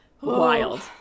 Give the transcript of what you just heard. Wild